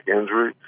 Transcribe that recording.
injury